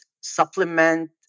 supplement